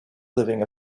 living